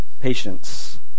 patience